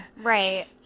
Right